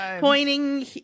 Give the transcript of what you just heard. pointing